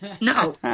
No